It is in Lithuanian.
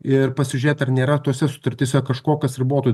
ir pasižėt ar nėra tose sutartyse kažko kas ribotų